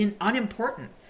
unimportant